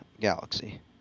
galaxy